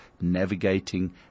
navigating